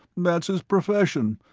that's his profession.